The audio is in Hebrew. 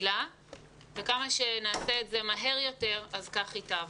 בצילה וכמה שנעשה את זה מהר יותר, כך ייטב.